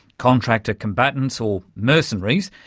contractor combatants or mercenaries,